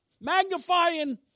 Magnifying